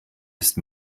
ist